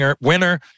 winner